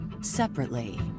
separately